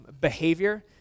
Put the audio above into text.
behavior